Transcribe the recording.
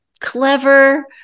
clever